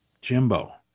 Jimbo